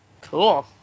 Cool